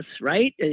right